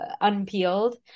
unpeeled